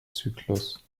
zyklus